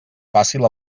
fàcil